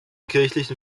kirchlichen